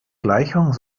gleichung